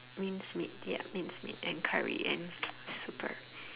minced meat ya minced meat and curry and super